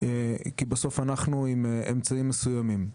כי בסוף אנחנו עם אמצעים מסוימים.